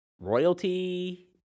royalty